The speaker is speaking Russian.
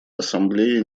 ассамблеи